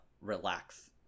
relax